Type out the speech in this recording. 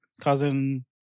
cousin